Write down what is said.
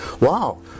wow